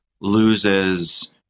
loses